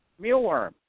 mealworm